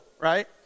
right